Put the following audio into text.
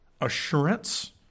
assurance